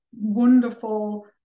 wonderful